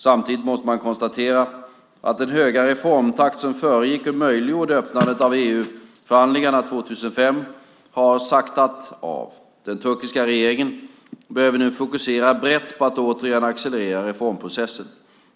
Samtidigt måste man konstatera att den höga reformtakt som föregick och möjliggjorde öppnandet av EU-förhandlingarna 2005 har saktat av. Den turkiska regeringen behöver nu fokusera brett på att återigen accelerera reformprocessen.